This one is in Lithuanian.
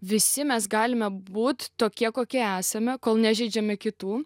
visi mes galime būt tokie kokie esame kol nežeidžiame kitų